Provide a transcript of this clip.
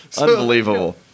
Unbelievable